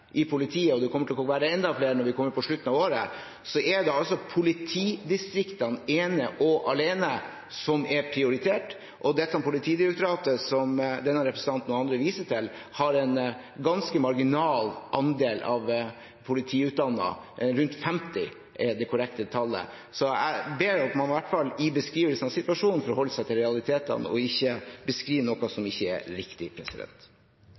i politiet – og det kommer til å være enda flere når vi kommer til slutten av året – er det politidistriktene ene og alene som er prioritert. Politidirektoratet, som denne representanten og andre viser til, har en ganske marginal andel politiutdannede, rundt 50 er det korrekte tallet, så jeg ber om at man i beskrivelsen av situasjonen i hvert fall holder seg til realitetene og ikke beskriver noe som ikke er riktig.